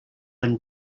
been